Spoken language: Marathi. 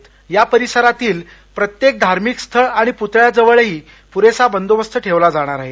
भीमा कोरेगाव परिसरातील प्रत्येक धार्मिक स्थळ आणि पुतळ्याजवळही पुरेसा बंदोबस्त ठेवला जाणार आहे